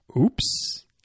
Oops